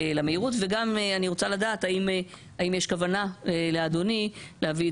וגם אני רוצה לדעת האם יש כוונה לאדוני להביא את